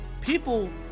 people